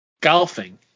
Golfing